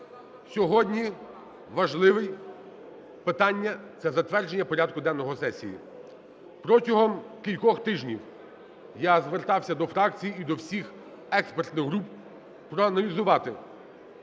Сьогодні важливе питання - це затвердження порядку денного сесії. Протягом кількох тижнів я звертався до фракцій і до всіх експертних груп проаналізувати